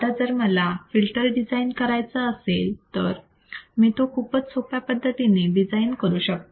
आता जर मला हा फिल्टर डिझाईन करायचं असेल तर मी तो खूपच सोपा पद्धतीने डिझाईन करू शकते